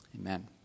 Amen